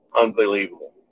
Unbelievable